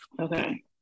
Okay